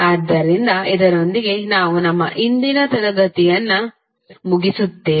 ಆದ್ದರಿಂದ ಇದರೊಂದಿಗೆ ನಾವು ನಮ್ಮ ಇಂದಿನ ತರಗತಿಯನ್ನು ಮುಗಿಸುತ್ತೇವೆ